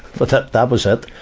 but that was it.